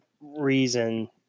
reason